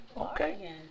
okay